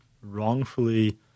wrongfully